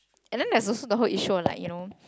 and then there's also the whole issue on like you know